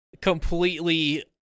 completely